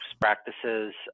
practices